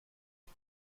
sie